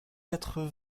quatre